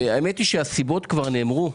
האמת היא שהסיבות כבר נאמרו,